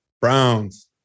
Browns